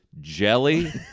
Jelly